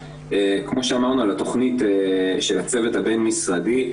כמו שאמרנו על התכנית של הצוות הבין משרדי,